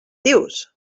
dius